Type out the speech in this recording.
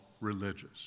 religious